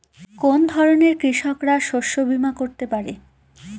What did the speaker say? কোন ধরনের কৃষকরা শস্য বীমা করতে পারে?